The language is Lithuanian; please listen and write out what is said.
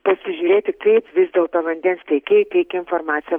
pasižiūrėti kaip vis dėlto vandens tiekėjai teikia informaciją